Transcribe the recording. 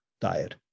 diet